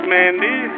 Mandy